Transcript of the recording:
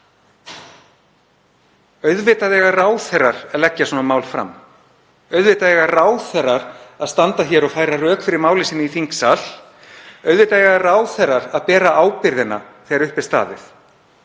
Auðvitað eiga ráðherrar að leggja svona mál fram. Auðvitað eiga ráðherrar að standa hér og færa rök fyrir máli sínu í þingsal. Auðvitað eiga ráðherrar að bera ábyrgðina þegar upp er staðið